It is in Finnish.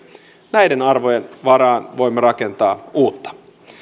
näiden arvojen varaan voimme rakentaa uutta